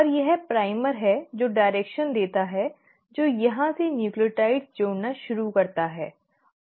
और यह प्राइमर है जो दिशा देता है जो यहां से न्यूक्लियोटाइड जोड़ना शुरू करता है और ठीक यही होता है